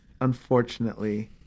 unfortunately